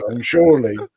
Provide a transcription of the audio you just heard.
Surely